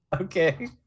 okay